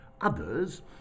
others